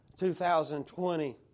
2020